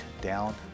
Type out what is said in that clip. down